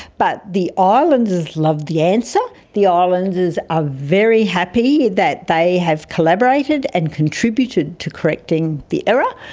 but the ah islanders loved the answer. the islanders are very happy that they have collaborated and contributed to correcting the error,